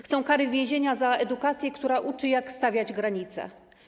Chcą kary więzienia za edukację, która uczy, jak stawiać granice.